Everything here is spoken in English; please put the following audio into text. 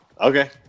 Okay